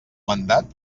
mandat